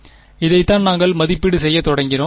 மாணவர் இதைத்தான் நாங்கள் மதிப்பீடு செய்யத் தொடங்கினோம்